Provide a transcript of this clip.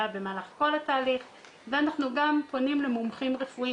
במהלך כל התהליך ואנחנו גם פונים למומחים רפואיים.